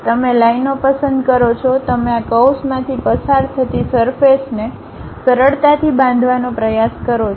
તમે લાઈનઓ પસંદ કરો છો તમે આ કર્વ્સમાંથી પસાર થતી સરફેસ ને સરળતાથી બાંધવાનો પ્રયાસ કરો છો